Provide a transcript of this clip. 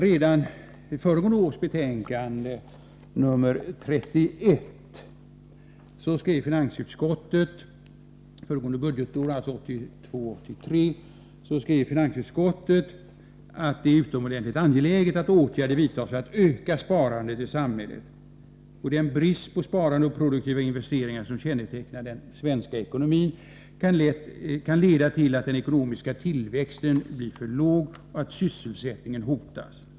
Redan i föregående års betänkande 1982/83:31 skrev finansutskottet att utskottet anser det utomordentligt angeläget att åtgärder vidtas för att öka sparandet i samhället. Den brist på sparande och produktiva investeringar som kännetecknar den svenska ekonomin leder till att den ekonomiska tillväxten blir alltför låg och att sysselsättningen hotas.